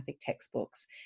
textbooks